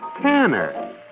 Tanner